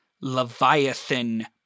Leviathan